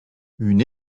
une